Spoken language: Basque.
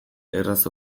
erraz